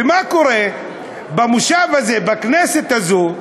ומה קורה במושב הזה, בכנסת הזאת?